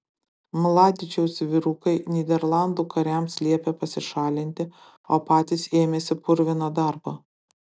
mladičiaus vyrukai nyderlandų kariams liepė pasišalinti o patys ėmėsi purvino darbo